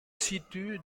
situe